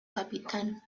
capitán